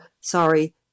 sorry